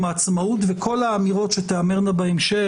העצמאות וכל האמירות שתיאמרנה בהמשך,